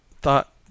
thought